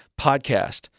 Podcast